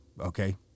okay